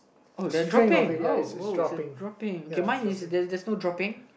oh they are dropping oh oh it's a dropping K mine is there's no dropping